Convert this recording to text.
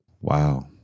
Wow